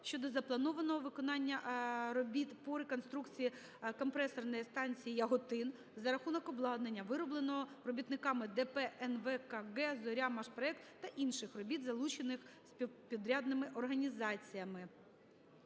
щодо запланованого виконання робіт по реконструкції компресорної станції "Яготин" за рахунок обладнання, виробленого робітниками ДП "НВКГ "Зоря"-"Машпроект", та інших робіт залученими субпідрядними організаціями.